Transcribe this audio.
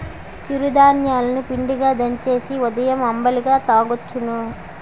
చిరు ధాన్యాలు ని పిండిగా దంచేసి ఉదయం అంబలిగా తాగొచ్చును